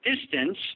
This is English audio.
distance